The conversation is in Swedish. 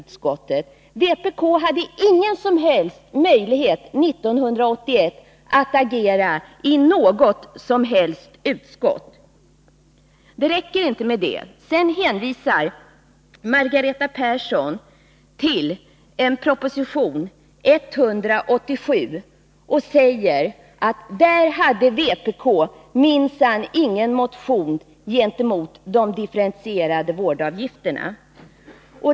Vpk hade alltså 1981 ingen som helst möjlighet att agera i något utskott. Men det räcker inte med det. Margareta Persson hänvisade också till proposition 187 och sade att vpk med anledning av den inte hade väckt någon motion mot de differentierade vårdavgifterna.